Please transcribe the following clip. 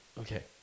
okay